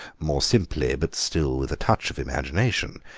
more simply, but still with a touch of imagination,